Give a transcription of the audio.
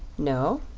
no?